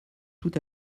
tout